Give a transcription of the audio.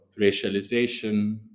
racialization